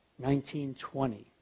1920